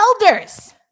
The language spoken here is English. elders